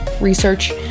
research